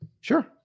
Sure